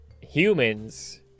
humans